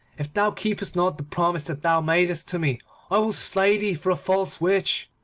if thou keepest not the promise that thou madest to me i will slay thee for a false witch